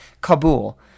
Kabul